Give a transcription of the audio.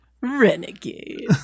Renegade